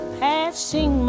passing